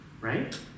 right